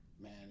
Man